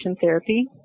therapy